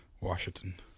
Washington